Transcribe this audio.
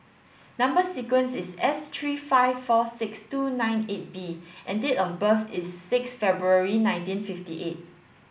number sequence is S three five four six two nine eight B and date of birth is six February nineteen fifty eight